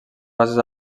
bases